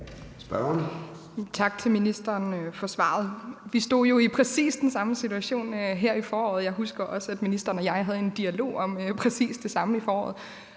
Tak til ministeren for svaret. Vi stod jo i præcis den samme situation her i foråret. Jeg husker også, at ministeren og jeg havde en dialog om præcis det samme i foråret,